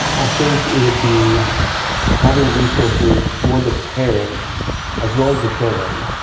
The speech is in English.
i think it would be having resources for the parents as well as the children.